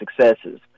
successes